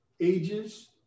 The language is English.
ages